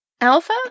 alpha